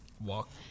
Walk